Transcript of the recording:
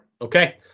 Okay